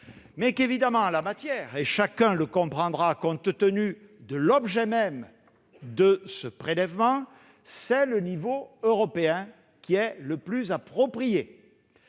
mais que, comme chacun le comprendra, compte tenu de l'objet même de ce prélèvement, c'est le niveau européen qui est le plus approprié.